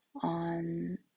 on